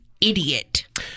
idiot